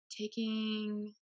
taking